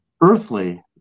earthly